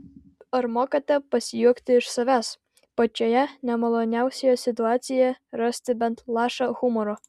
ar mokate pasijuokti iš savęs pačioje nemaloniausioje situacijoje rasti bent lašą humoro